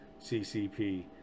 ccp